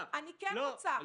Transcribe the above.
אני כן רוצה,